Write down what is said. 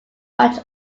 much